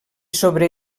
sobre